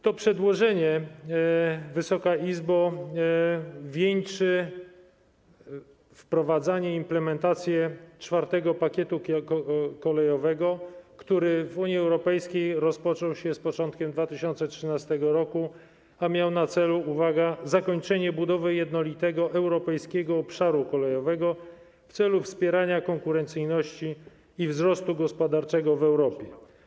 To przedłożenie, Wysoka Izbo, wieńczy wprowadzanie, implementację IV pakietu kolejowego, co w Unii Europejskiej rozpoczęło się z początkiem 2013 r., a miało na celu, uwaga, zakończenie budowy jednolitego europejskiego obszaru kolejowego w celu wspierania konkurencyjności i wzrostu gospodarczego w Europie.